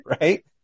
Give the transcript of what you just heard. right